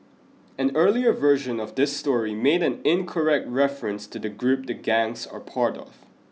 an earlier version of this story made an incorrect reference to the group the gangs are part of